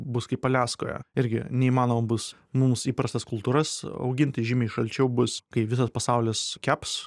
bus kaip aliaskoje irgi neįmanoma bus mums įprastas kultūras auginti žymiai šalčiau bus kai visas pasaulis keps